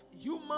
human